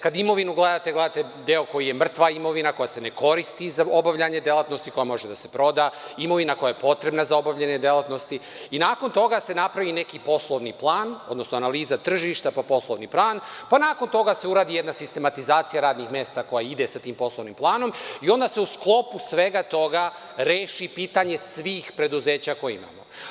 Kada imovinu gledate, gledate deo koji je mrtva imovina koja se ne koristi za obavljanje delatnosti, koja može da se proda, imovina koja je potrebna za obavljanje delatnosti i nakon toga se napravi neki poslovni plan, analiza tržišta, pa poslovni plan, pa nakon toga se uradi jedna sistematizacija radnih mesta koja ide sa tim poslovnim planom i onda se u sklopu svega toga reši pitanje svih preduzeća koja imamo.